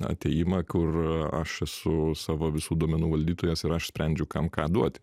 atėjimą kur aš esu savo visų duomenų valdytojas ir aš sprendžiu kam ką duot